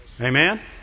Amen